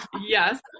yes